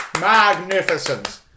Magnificent